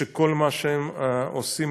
שכל מה שהם עושים,